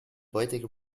poetic